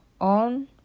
on